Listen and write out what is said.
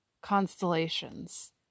constellations